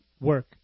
work